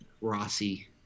Rossi